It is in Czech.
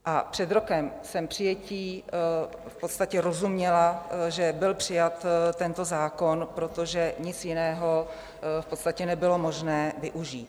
A před rokem jsem přijetí... v podstatě rozuměla, že byl přijat tento zákon, protože nic jiného v podstatě nebylo možné využít.